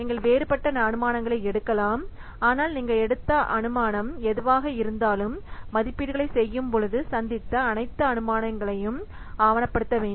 நீங்கள் வேறுபட்ட அனுமானங்களை எடுக்கலாம் ஆனால் நீங்கள் எடுத்த அனுமானங்கள் எதுவாக இருந்தாலும் மதிப்பீடுகளைச் செய்யும்போது சந்தித்த அனைத்து அனுமானங்களையும் ஆவணப்படுத்த வேண்டும்